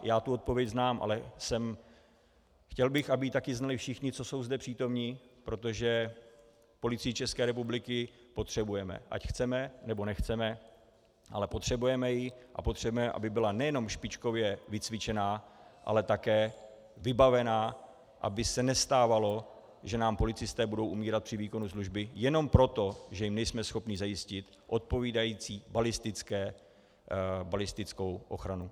Já tu odpověď znám, ale chtěl bych, aby ji také znali všichni, co jsou zde přítomni, protože Policii ČR potřebujeme, ať chceme, nebo nechceme, ale potřebujeme ji a potřebujeme, aby byla nejenom špičkově vycvičená, ale také vybavená, aby se nestávalo, že nám policisté budou umírat při výkonu služby jenom proto, že nejsme schopni zajistit odpovídající balistickou ochranu.